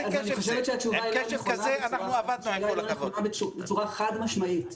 אני חושבת שהתשובה היא --- נכונה בצורה חד-משמעית.